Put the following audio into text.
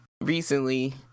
recently